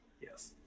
Yes